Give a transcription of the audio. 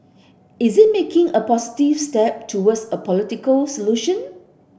is it making a positive step towards a political solution